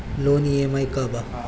Loan EMI का बा?